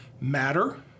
matter